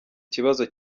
kibazo